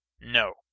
No